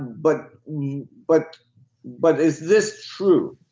but but but is this true?